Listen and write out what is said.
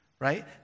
right